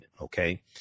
Okay